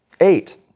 eight